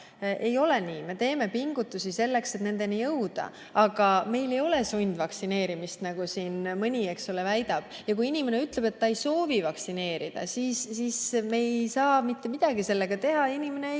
Ei ole nii, me teeme pingutusi selleks, et nendeni jõuda. Aga meil ei ole sundvaktsineerimist, nagu siin mõni väidab. Kui inimene ütleb, et ta ei soovi lasta end vaktsineerida, siis me ei saa mitte midagi teha. Inimene ei soovi